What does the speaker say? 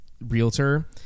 realtor